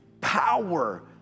power